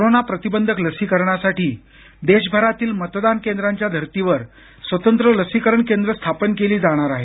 corona प्रतिबंधक लसीकरणासाठी देशभरातील मतदान केंद्राच्या धर्तीवर स्वतंत्र लसीकरण केंद्र स्थापन केली जाणार आहेत